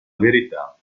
verità